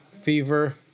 fever